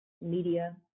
media